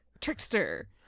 Trickster